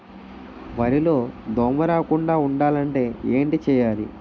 వరిలో దోమ రాకుండ ఉండాలంటే ఏంటి చేయాలి?